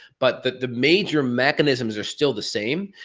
but the the major mechanisms are still the same,